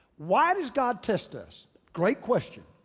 why does god test us? great question,